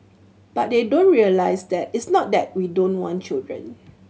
but they don't realise that it's not that we don't want children